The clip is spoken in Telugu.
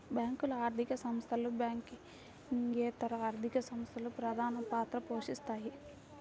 బ్యేంకులు, ఆర్థిక సంస్థలు, బ్యాంకింగేతర ఆర్థిక సంస్థలు ప్రధానపాత్ర పోషిత్తాయి